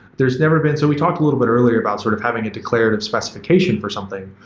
there's never been so we talked a little bit earlier about sort of having a declarative specification for something.